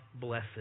blessed